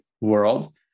world